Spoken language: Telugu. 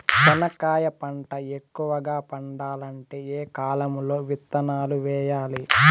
చెనక్కాయ పంట ఎక్కువగా పండాలంటే ఏ కాలము లో విత్తనాలు వేయాలి?